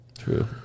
True